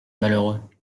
malheureux